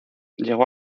llegó